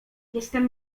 jestem